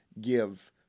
give